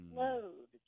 load